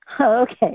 okay